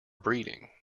breeding